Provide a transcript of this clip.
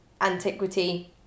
antiquity